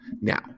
Now